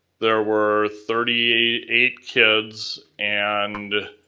there were thirty eight kids, and,